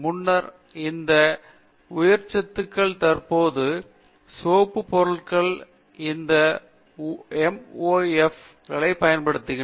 முன்னர் இந்த உயிர்ச்சத்துக்கள் தற்போது சோப்புப் பொருள்களை இந்த எம் ஓ எப் களையும் பயன்படுத்தின